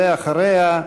ואחריה,